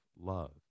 love